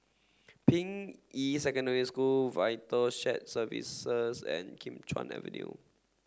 Ping Yi Secondary School VITAL Shared Services and Kim Chuan Avenue